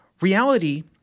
Reality